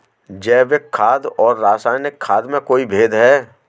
जैविक खाद और रासायनिक खाद में कोई भेद है?